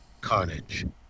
carnage